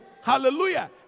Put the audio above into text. Hallelujah